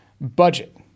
budget